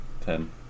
Ten